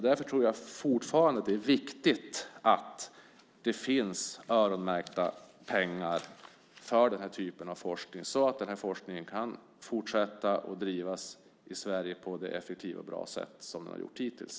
Därför tror jag fortfarande att det är viktigt att det finns öronmärkta pengar för den här typen av forskning så att man kan fortsätta att driva forskningen i Sverige på ett så effektivt och bra sätt som man har gjort hittills.